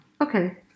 Okay